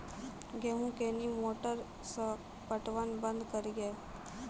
गेहूँ कोनी मोटर से पटवन बंद करिए?